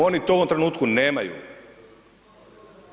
Oni to u ovom trenutku nemaju.